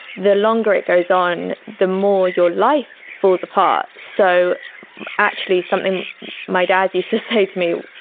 the longer it goes on, the more your life falls apart. so actually, something my dad used to say to me,